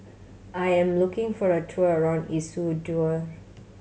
I am looking for a tour around Ecuador